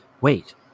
wait